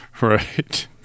Right